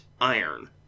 iron